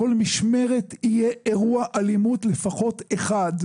כל משמרת יהיה לפחות אירוע אלימות אחד.